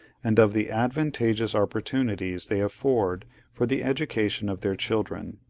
and of the advantageous opportunities they afford for the education of their children.